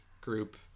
group